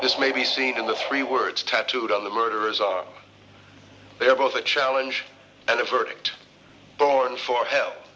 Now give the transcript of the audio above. this may be seen in the three words tattooed on the murderers are there both a challenge and a verdict born for help